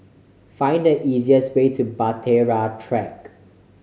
find the easiest way to Bahtera Track